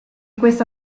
questa